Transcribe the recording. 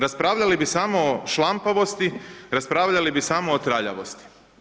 Raspravljali bi samo o šlampavosti, raspravljali bi samo o traljavosti.